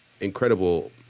incredible